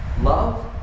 Love